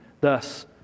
Thus